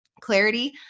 Clarity